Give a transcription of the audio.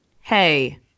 hey